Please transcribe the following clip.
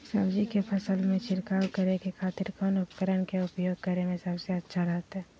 सब्जी के फसल में छिड़काव करे के खातिर कौन उपकरण के उपयोग करें में सबसे अच्छा रहतय?